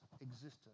existence